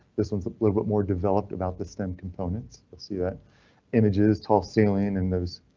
this one's a little bit more developed about the stem components. let's see that image is tall ceiling, and those